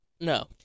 No